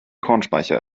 kornspeicher